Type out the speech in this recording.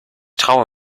traue